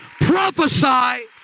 prophesy